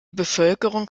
bevölkerung